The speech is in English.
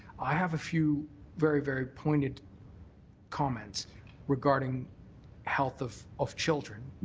i have a few very, very poignant comments regarding health of of children,